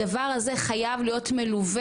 הדבר הזה חייב להיות מלווה.